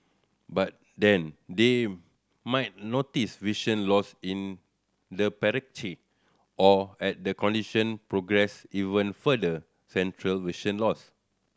by then they might notice vision loss in the or at the condition progress even further central vision loss